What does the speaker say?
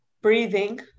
breathing